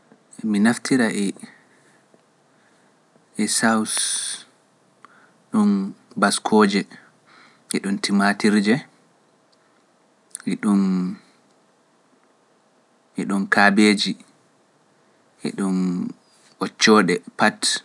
Mi naftira e Saus ɗum baskooje, e ɗum timatirje, e ɗum kabeji, e ɗum ɓoccooɗe, pat.